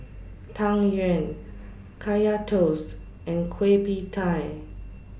Tang Yuen Kaya Toast and Kueh PIE Tie